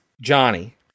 Johnny